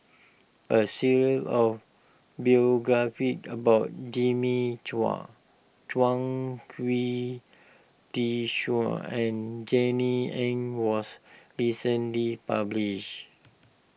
a series of biographies about Jimmy Chua Chuang Hui Tsuan and Jenny Ang was recently published